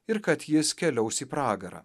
ir kad jis keliaus į pragarą